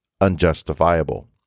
unjustifiable